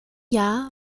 jahr